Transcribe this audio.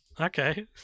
Okay